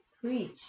preach